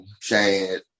Chad